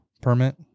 permit